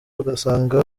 ugasanga